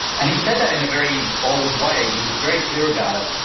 and he said that in a very bold way. he was very clear about it.